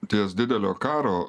ties didelio karo